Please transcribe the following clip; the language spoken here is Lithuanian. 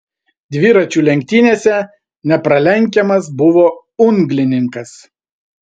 dviračių lenktynėse nepralenkiamas buvo unglininkas